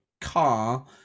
car